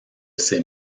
ces